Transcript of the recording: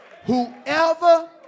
Whoever